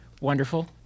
Wonderful